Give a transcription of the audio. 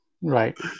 Right